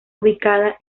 ubicada